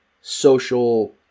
social